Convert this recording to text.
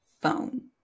phone